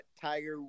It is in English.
Tiger